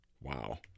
Wow